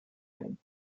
him